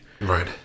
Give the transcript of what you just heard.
Right